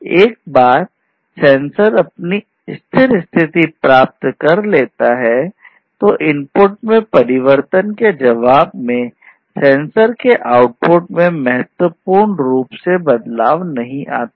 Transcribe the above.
एक बार सेंसर ने अपनी स्थिर स्थिति प्राप्त कर ली इनपुट में परिवर्तन के जवाब में सेंसर का आउटपुट महत्वपूर्ण रूप से नहीं बदलता है